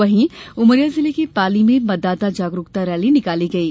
वहीं उमरिया जिले के पाली में मतदाता जागरूकता रैली निकाली गयी